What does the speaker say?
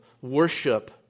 worship